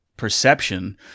perception